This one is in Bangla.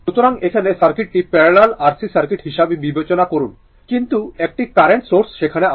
সুতরাং এখন সার্কিটি প্যারালাল RC সার্কিট হিসেবে বিবেচনা করুন কিন্তু একটি কারেন্ট সোর্স সেখানে আছে